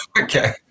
Okay